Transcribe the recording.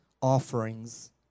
offerings